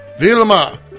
Wilma